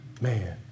man